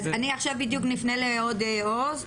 עכשיו נפנה לעוד עובדת סוציאלית,